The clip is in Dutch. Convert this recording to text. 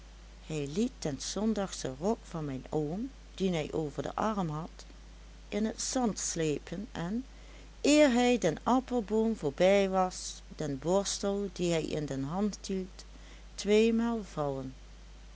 zondagschen rok van mijn oom dien hij over den arm had in het zand slepen en eer hij den appelboom voorbij was den borstel dien hij in de hand hield tweemaal vallen